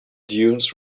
dunes